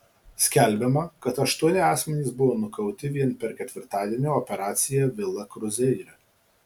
skelbiama kad aštuoni asmenys buvo nukauti vien per ketvirtadienio operaciją vila kruzeire